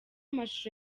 amashusho